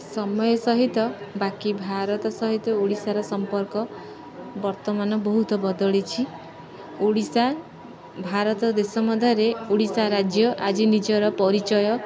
ସମୟ ସହିତ ବାକି ଭାରତ ସହିତ ଓଡ଼ିଶାର ସମ୍ପର୍କ ବର୍ତ୍ତମାନ ବହୁତ ବଦଳିଛି ଓଡ଼ିଶା ଭାରତ ଦେଶ ମଧ୍ୟରେ ଓଡ଼ିଶା ରାଜ୍ୟ ଆଜି ନିଜର ପରିଚୟ